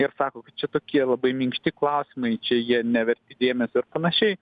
ir sako kad čia tokie labai minkšti klausimai čia jie neverti dėmesio ir panašiai